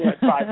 five